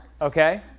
Okay